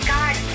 God